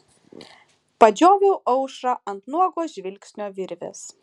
padžioviau aušrą ant nuogo žvilgsnio virvės